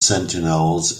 sentinels